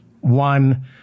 one